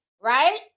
right